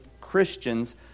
Christians